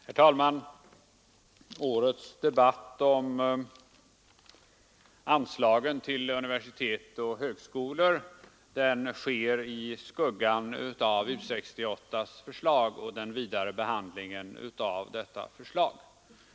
Herr talman! Årets debatt om anslagen till universitet och högskolor sker i skuggan av U 68:s förslag och den vidare behandlingen av detta förslag.